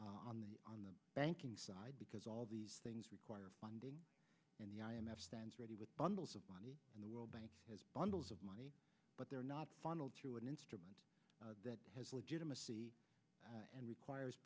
money on the on the banking side because all these things require funding and the i m f stands ready with bundles of money in the world bank has bundles of money but they're not funneled through an instrument that has legitimacy and requires